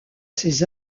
ces